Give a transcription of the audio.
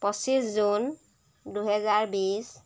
পঁচিছ জুন দুহেজাৰ বিছ